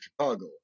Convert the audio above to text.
Chicago